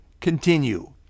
Continue